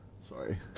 sorry